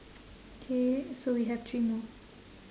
K so we have three more